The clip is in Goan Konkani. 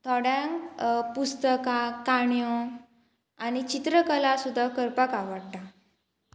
थोड्यांक पुस्तकां काणयो आनी चित्रकला सुद्दां करपाक आवडटा